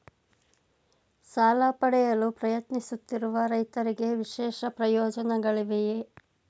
ಸಾಲ ಪಡೆಯಲು ಪ್ರಯತ್ನಿಸುತ್ತಿರುವ ರೈತರಿಗೆ ವಿಶೇಷ ಪ್ರಯೋಜನಗಳಿವೆಯೇ?